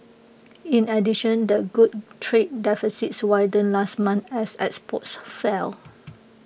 in addition the good trade deficit widened last month as exports fell